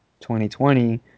2020